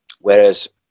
Whereas